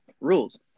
rules